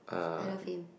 I love him